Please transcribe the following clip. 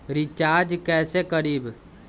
Recharge कैसे करीब?